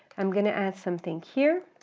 i'm going to add something here,